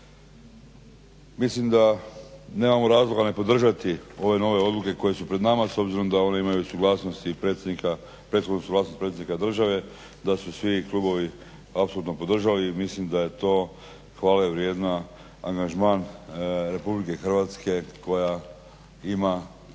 Mislim da nemamo razloga ne podržati ove nove odluke koje su pred nama s obzirom da one imaju suglasnosti predsjednika … države da su svi klubovi apsolutno podržali i mislim da je to hvale vrijedan angažman RH koja ima